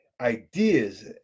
ideas